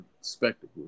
spectacle